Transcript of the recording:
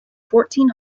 fourteen